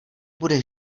bude